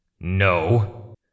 No